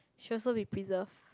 should also be preserved